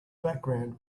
background